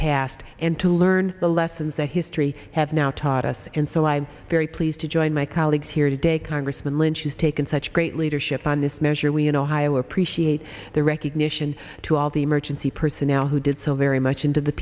past and to learn the lessons that history have now taught us and so i'm very pleased to join my colleagues here today congressman lynch who's taken such great leadership on this measure we in ohio appreciate the recognition to all the emergency personnel who did so very much into the